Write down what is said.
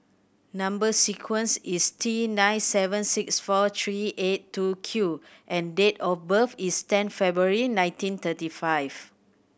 number sequence is T nine seven six four three eight two Q and date of birth is ten February nineteen thirty five